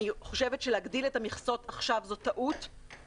אני חושבת שבכלל להגדיל את המכסות עכשיו זו טעות קשה.